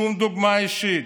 שום דוגמה אישית,